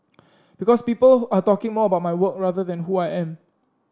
because people are talking more about my work rather than who I am